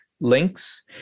links